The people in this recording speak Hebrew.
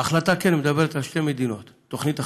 שההחלטה מדברת על שתי המדינות, תוכנית החלוקה,